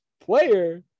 player